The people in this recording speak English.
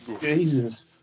Jesus